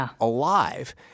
alive